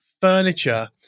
furniture